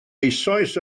eisoes